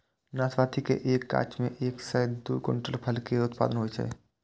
नाशपाती के एक गाछ मे एक सं दू क्विंटल फल के उत्पादन होइ छै